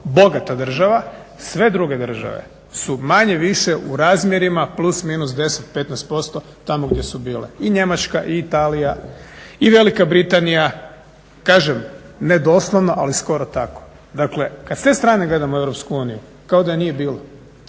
bogata država, sve druge države su manje-više u razmjerima plus-minus 10, 15% tamo gdje su bile. I Njemačka i Italija i Velika Britanija, kažem ne doslovno, ali skoro tako. Dakle, kada s te strane gledamo Europsku uniju kao